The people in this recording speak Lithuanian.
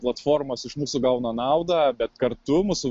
platformos iš mūsų gauna naudą bet kartu su